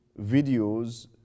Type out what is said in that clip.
videos